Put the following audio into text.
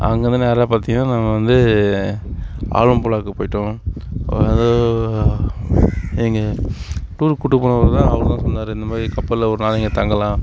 அங்கே இருந்து நேராக பார்த்தீங்கன்னா நாங்கள் வந்து ஆலப்புழாக்கு போய்ட்டோம் அது எங்கள் டூருக்கு கூட்டிட்டு போனவர்தான் அவருதான் சொன்னார் இந்த மாதிரி கப்பல்ல ஒரு நாள் இங்கே தங்கலாம்